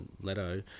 Leto